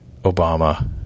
Obama